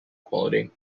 quality